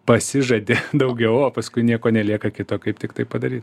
pasižadi daugiau o paskui nieko nelieka kito kaip tiktai padary